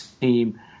team